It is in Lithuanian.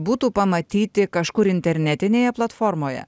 būtų pamatyti kažkur internetinėje platformoje